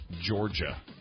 Georgia